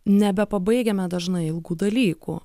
nebe pabaigiame dažnai ilgų dalykų